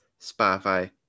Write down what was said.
Spotify